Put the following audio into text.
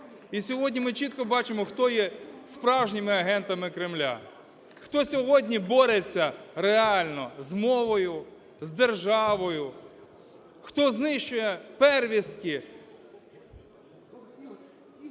І сьогодні ми чітко бачимо, хто є справжніми агентами Кремля, хто сьогодні бореться реально з мовою, з державою. Хто знищує первістки…